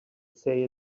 say